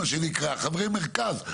חברי מרכז,